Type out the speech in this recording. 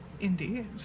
Indeed